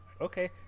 okay